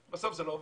בסוף זה לא עובד.